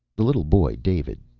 the little boy. david.